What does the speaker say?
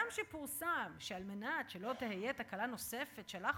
הגם שפורסם שעל מנת שלא תהיה תקלה נוספת שלח